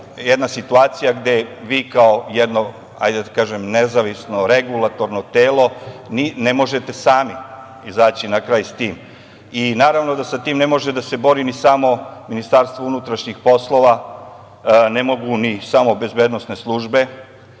jedna situacija gde vi, kao jedno nezavisno regulatorno telo, ne možete sami izaći na kraj sa tim. Naravno da sa tim ne može da se bori ni samo Ministarstvo unutrašnjih poslova, ne mogu ni samo bezbednosne službe,